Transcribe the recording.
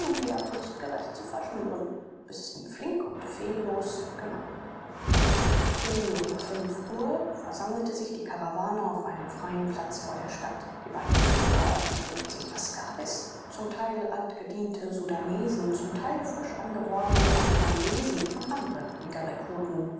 und wieder kunstgerecht zu verschnüren bis es ihm flink und fehllos gelang früh um fünf uhr versammelte sich die karawane auf einem freien platz vor der stadt die beiden führer die fünfzig askaris zum teil altgediente sudanesen zum teil frisch angeworbene wanjamwesi und andere